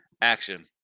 action